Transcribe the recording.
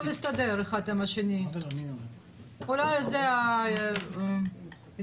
אחד מאיתנו יש את העולם האוטופי שלו,